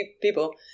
people